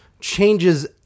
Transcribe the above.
changes